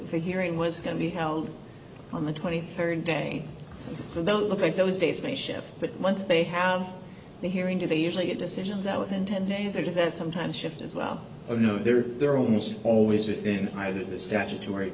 for hearing was going to be held on the twenty third day so they don't look like those days may shift but once they have the hearing do they usually get decisions out within ten days or does that sometimes shift as well you know they're they're almost always within either the statutory